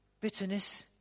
Bitterness